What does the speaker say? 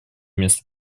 место